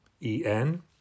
E-N